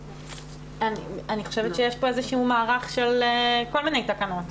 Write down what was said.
אני חושבת שיש כאן איזשהו מערך של כל מיני תקנות.